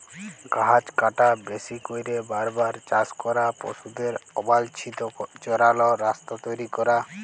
গাহাচ কাটা, বেশি ক্যইরে বার বার চাষ ক্যরা, পশুদের অবাল্ছিত চরাল, রাস্তা তৈরি ক্যরা